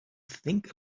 think